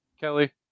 Kelly